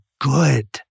good